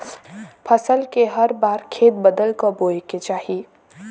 फसल के हर बार खेत बदल क बोये के चाही